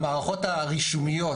המערכות הרישומיות,